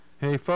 hey